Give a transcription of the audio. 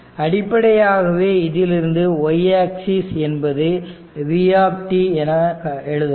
அடிப்படையாகவே இதிலிருந்து y axis என்பது v என்று காணலாம்